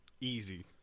easy